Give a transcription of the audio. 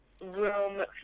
room